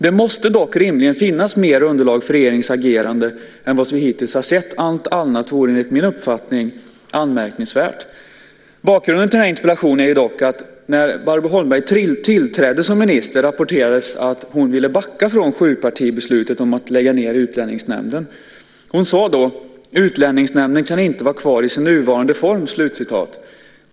Det måste dock rimligen finnas mer underlag för regeringens agerande än vad vi hittills har sett. Allt annat vore enligt min uppfattning anmärkningsvärt. Bakgrunden till interpellationen är dock att när Barbro Holmberg tillträdde som minister rapporterades att hon ville backa från sjupartibeslutet om att lägga ned Utlänningsnämnden. Hon sade: Utlänningsnämnden kan inte vara kvar i sin nuvarande form.